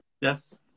Yes